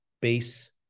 base